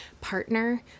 partner